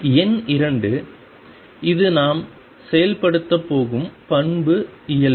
எண் 2 இது நாம் செயல்படுத்தப் போகும் பண்பு இயல்பு